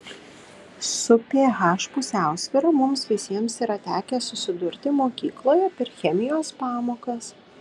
su ph pusiausvyra mums visiems yra tekę susidurti mokykloje per chemijos pamokas